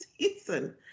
season